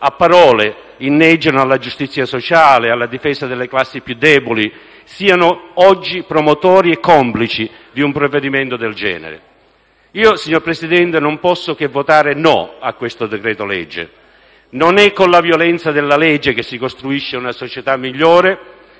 a parole, inneggiano alla giustizia sociale e alla difesa delle classi più deboli siano oggi promotori e complici di un provvedimento del genere. Io, signor Presidente, non posso che votare no a questo decreto-legge. Non è con la violenza della legge che si costruisce una società migliore.